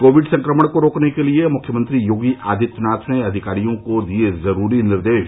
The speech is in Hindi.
कोविड संक्रमण को रोकने के लिये मुख्यमंत्री योगी आदित्यनाथ ने अधिकारियों को दिये जरूरी निर्देश